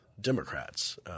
Democrats